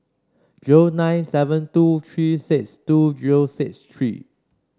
zero nine seven two three six two zero six three